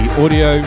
audio